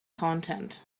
content